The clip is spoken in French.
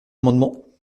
amendement